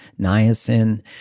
niacin